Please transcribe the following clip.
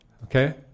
Okay